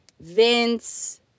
Vince